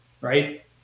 right